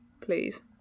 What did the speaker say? Please